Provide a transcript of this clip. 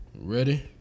ready